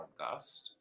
podcast